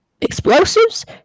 explosives